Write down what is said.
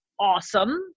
Awesome